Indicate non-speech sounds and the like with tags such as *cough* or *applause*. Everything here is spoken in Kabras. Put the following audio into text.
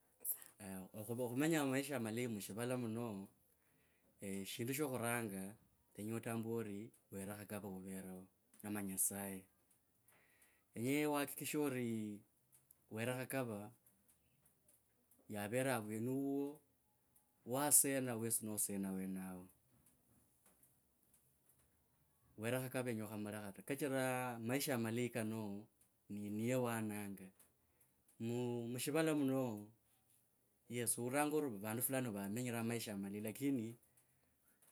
*hesitation* khumenya maisha malaya mushivala muno shindu she karanga kenya otambue ai were khakua overee ama nyasaye yenye wakikishe en were khakava yavere avweni wuwo, wasena wesi nesena wenao were khakasa yenya akhamlakha ta kachira maisha amalayi kano, ni niye wananga, mu, mushivala muno, yes oliranga omba vandu fulani vamenyire malayi, lakini